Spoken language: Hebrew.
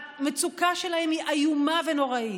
המצוקה שלהם היא איומה ונוראית.